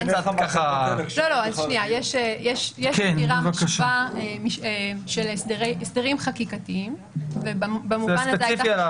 יש אמירה חשובה של הסדרים חקיקתיים --- זה ספציפי.